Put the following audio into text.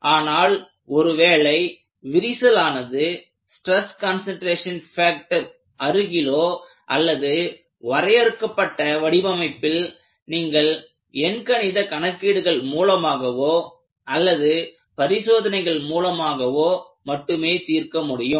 ஆனால் ஒருவேளை விரிசல் ஆனது ஸ்டிரஸ் கன்சன்ட்ரேஷன் ஃபேக்டர் அருகிலோ அல்லது வரையறுக்கப்பட்ட வடிவமைப்பில் நீங்கள் எண்கணித கணக்கீடுகள் மூலமாகவோ அல்லது பரிசோதனைகள் மூலமாகவோ மட்டுமே தீர்க்க முடியும்